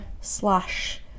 slash